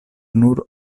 nur